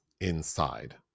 inside